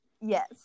Yes